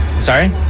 Sorry